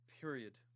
period